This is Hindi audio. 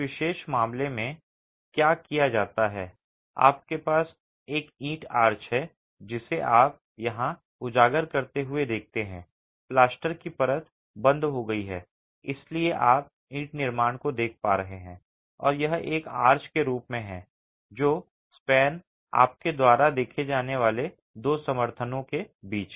इस विशेष मामले में क्या किया जाता है आपके पास एक ईंट आर्च है जिसे आप यहां उजागर करते हुए देखते हैं प्लास्टर की परत बंद हो गई है और इसलिए आप ईंट निर्माण को देख पा रहे हैं और यह एक आर्च के रूप में है जो स्पैन आपके द्वारा देखे जाने वाले दो समर्थनों के बीच